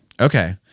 Okay